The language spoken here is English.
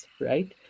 right